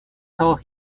told